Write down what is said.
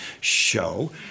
show